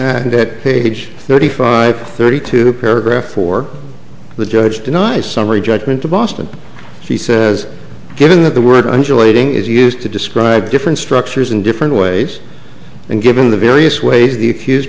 and that page thirty five thirty two paragraph four the judge denies summary judgment to boston she says given that the word undulating is used to describe different structures in different ways and given the various ways the accused